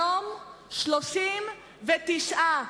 היום, 39,